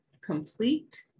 complete